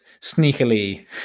sneakily